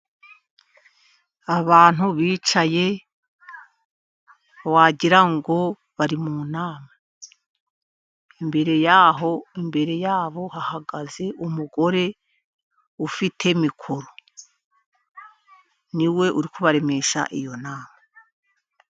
Abantu bicaye wagira ngo bari mu nama ,mbere yaho imbere yabo hahagaze umugore ufite mikoro niwe uri kubaremesha iyo nama.